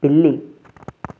పిల్లి